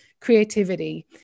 creativity